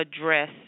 address